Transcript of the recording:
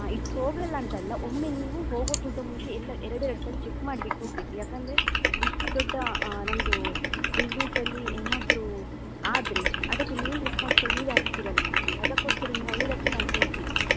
ಹಾಂ ಇಟ್ಟು ಹೋಗಲ್ಲ ಅಂತಲ್ಲ ಒಮ್ಮೆ ನೀವು ಹೋಗೋಕ್ಕಿಂತ ಮುಂಚೆ ಎಲ್ಲ ಎರಡು ಎರಡು ಸಲ ಚೆಕ್ ಮಾಡ್ಬಿಟ್ಟು ಹೋಗ್ಬೇಕು ಯಾಕಂದರೆ ಇಷ್ಟು ದೊಡ್ಡ ನಮ್ಮದು ಬಿಸ್ನೆಸಲ್ಲಿ ಏನಾದರೂ ಆದರೆ ಅದಕ್ಕೆ ಮೈನ್ ರೆಸ್ಪಾನ್ಸಿಬಲ್ ನೀವೇ ಆಗ್ತಿರಲ್ಲ ಮತ್ತೆ ಅದಕ್ಕೋಸ್ಕರ ನಿಮ್ಮ ಒಳ್ಳೆಯದಕ್ಕೆ ನಾನು ಹೇಳ್ತಿರೋದು